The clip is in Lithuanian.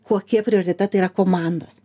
kokie prioritetai yra komandos